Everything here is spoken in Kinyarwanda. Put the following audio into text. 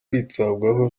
kwitabwaho